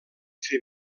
fer